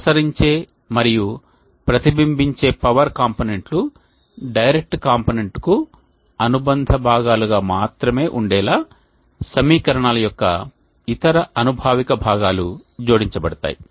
ప్రసరించే మరియు ప్రతిబింబించే పవర్ కాంపోనెంట్లు డైరెక్ట్ కాంపోనెంట్కు అనుబంధ భాగాలుగా మాత్రమే ఉండేలా సమీకరణాల యొక్క ఇతర అనుభావిక భాగాలు జోడించబడతాయి